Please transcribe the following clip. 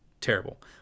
terrible